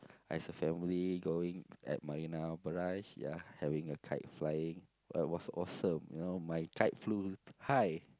as a family going at Marina-Barrage ya having a kite flying it was awesome you know my kite flew high